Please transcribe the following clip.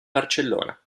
barcellona